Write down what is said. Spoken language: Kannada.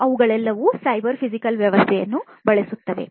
ಅವುಗಳೆಲ್ಲವೂ ಸೈಬರ್ ಫಿಸಿಕಲ್ ವ್ಯವಸ್ಥೆಗಳನ್ನು ಬಳಸುತ್ತವೆ